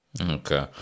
Okay